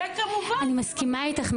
אני מסכימה איתך,